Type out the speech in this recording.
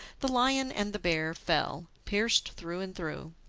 the lion and the bear fell, pierced through and through.